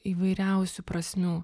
įvairiausių prasmių